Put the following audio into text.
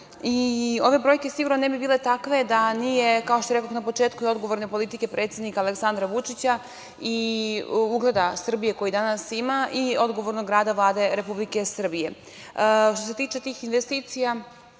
i ove brojke sigurno ne bi bile takve da nije, kao što rekoh na početku, odgovorne politike predsednika Aleksandra Vučića i ugleda Srbije koji danas ima i odgovornog rada Vlade Republike Srbije. Što se tiče tih investicija,